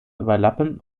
überlappen